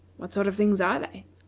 what sort of things are they,